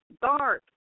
dark